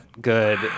good